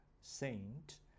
saint